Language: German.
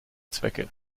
zwecke